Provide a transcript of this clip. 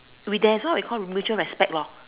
we dazzle we call it mutual respect lor